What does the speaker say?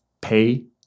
pay